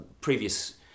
previous